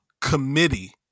committee